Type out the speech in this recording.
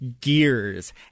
gears